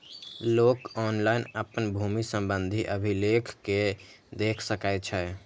लोक ऑनलाइन अपन भूमि संबंधी अभिलेख कें देख सकै छै